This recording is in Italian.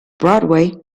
broadway